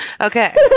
Okay